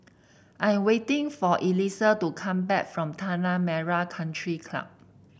I am waiting for Elisa to come back from Tanah Merah Country Club